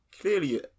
clearly